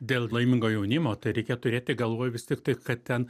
dėl laimingo jaunimo tai reikia turėti galvoj vis tiktai kad ten